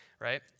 right